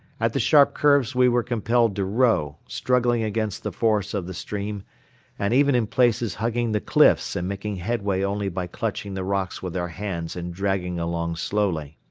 at the sharp curves we were compelled to row, struggling against the force of the stream and even in places hugging the cliffs and making headway only by clutching the rocks with our hands and dragging along slowly.